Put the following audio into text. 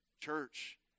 Church